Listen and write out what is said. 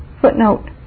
Footnote